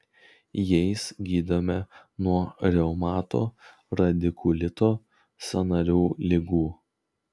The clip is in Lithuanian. jais gydome nuo reumato radikulito sąnarių ligų